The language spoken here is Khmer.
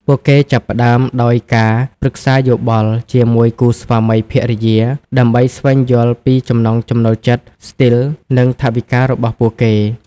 ពួកគេចាប់ផ្តើមដោយការ ប្រឹក្សាយោបល់ ជាមួយគូស្វាមីភរិយា ដើម្បីស្វែងយល់ពីចំណង់ចំណូលចិត្ត ស្ទីល និងថវិការបស់ពួកគេ។